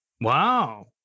Wow